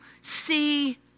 see